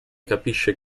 capisce